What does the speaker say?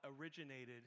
originated